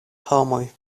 homoj